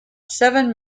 seven